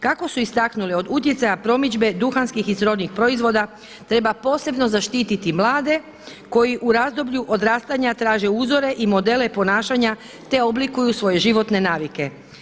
Kako su istaknuli, od utjecaja promidžbe duhanskih i srodnih proizvoda treba posebno zaštititi mlade koji u razdoblju odrastanja traže uzore i modele ponašanja, te oblikuju svoje životne navike.